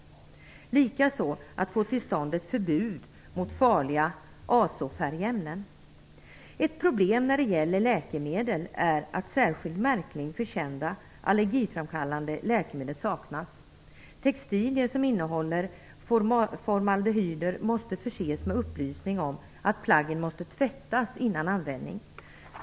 Det är också viktigt att få till stånd ett förbud mot farliga azofärgämnen. Ett problem när det gäller läkemedel är att särskild märkning av kända allergiframkallande läkemedel saknas. Textilier som innehåller formaldehyder måste förses med upplysning om att plaggen måste tvättas innan användning.